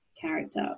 character